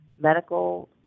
medical